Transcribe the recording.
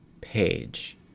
page